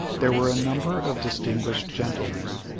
there were a number of distinguished gentlemen,